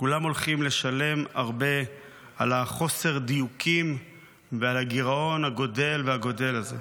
כולם הולכים לשלם הרבה על החוסר דיוקים ועל הגירעון הגדל וגדל הזה.